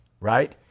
right